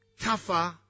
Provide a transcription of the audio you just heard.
tougher